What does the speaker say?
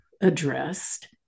addressed